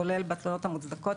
כולל בתלונות המוצדקות.